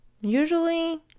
Usually